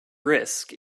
risk